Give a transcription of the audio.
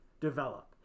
develop